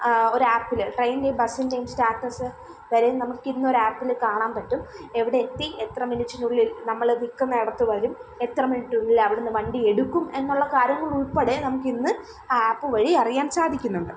ഒരു ആപ്പിൽ ട്രയിനിൻ്റേയും ബസ്സിൻ്റേയും സ്റ്റാറ്റസ് വരെ നമുക്കിന്ന് ഒരു ആപ്പിൽ കാണാൻ പറ്റും എവിടെയെത്തി എത്ര മിനുറ്റിനുള്ളിൽ നമ്മൾ നിൽക്കുന്ന ഇടത്ത് വരും എത്ര മിനിറ്റിനുള്ളിൽ അവിടെ നിന്ന് വണ്ടി എടുക്കും എന്നുള്ള കാര്യങ്ങൾ ഉൾപ്പെടെ നമുക്കിന്ന് ആ അപ്പ് വഴി അറിയാൻ സാധിക്കുന്നുണ്ട്